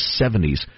70s